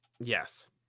Yes